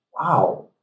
wow